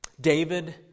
David